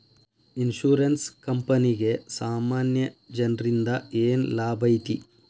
Insurance ಕ್ಂಪನಿಗೆ ಸಾಮಾನ್ಯ ಜನ್ರಿಂದಾ ಏನ್ ಲಾಭೈತಿ?